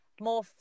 more